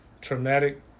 traumatic